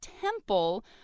temple